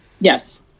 Yes